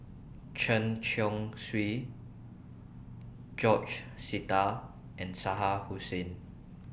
Chen Chong Swee George Sita and Shah Hussain